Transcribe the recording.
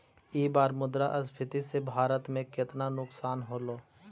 ई बार मुद्रास्फीति से भारत में केतना नुकसान होलो